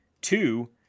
two